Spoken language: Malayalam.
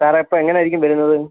സാറേ അപ്പം എങ്ങനെ ആയിരിക്കും വരുന്നത്